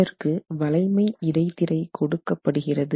இதற்கு வளைமை இடைத்திரை கொடுக்க படுகிறது